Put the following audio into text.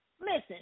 Listen